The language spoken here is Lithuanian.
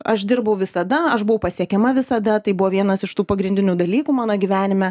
aš dirbau visada aš buvau pasiekiama visada tai buvo vienas iš tų pagrindinių dalykų mano gyvenime